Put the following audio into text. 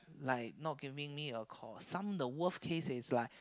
like not giving me a call some the worst case is like